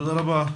תודה רבה,